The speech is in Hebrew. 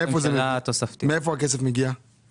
איזו מפלגה אבל